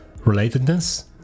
relatedness